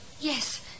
Yes